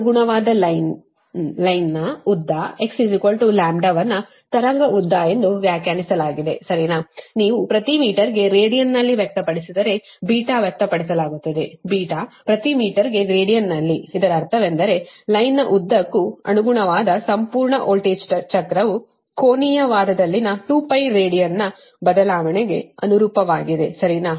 ಅನುಗುಣವಾದ ಲೈನ್ ಯ ಉದ್ದ x λ ವನ್ನು ತರಂಗ ಉದ್ದ ಎಂದು ವ್ಯಾಖ್ಯಾನಿಸಲಾಗಿದೆ ಸರಿನಾ ನೀವು ಪ್ರತಿ ಮೀಟರ್ಗೆ ರೇಡಿಯನ್ನಲ್ಲಿ ವ್ಯಕ್ತಪಡಿಸಿದರೆ ವ್ಯಕ್ತಪಡಿಸಲಾಗುತ್ತದೆ ಪ್ರತಿ ಮೀಟರ್ಗೆ ರೇಡಿಯನ್ನಲ್ಲಿ ಇದರ ಅರ್ಥವೇನೆಂದರೆ ಲೈನ್ನ್ನ ಉದ್ದಕ್ಕೂ ಅನುಗುಣವಾದ ಸಂಪೂರ್ಣ ವೋಲ್ಟೇಜ್ ಚಕ್ರವು ಕೋನೀಯ ವಾದದಲ್ಲಿನ 2π ರೇಡಿಯನ್ನ ಬದಲಾವಣೆಗೆ ಅನುರೂಪವಾಗಿದೆ ಸರಿನಾ